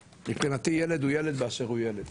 מבחינתי ילד הוא ילד באשר הוא ילד,